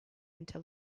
into